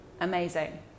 amazing